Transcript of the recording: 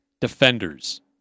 defenders